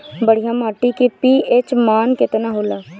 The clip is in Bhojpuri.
बढ़िया माटी के पी.एच मान केतना होला?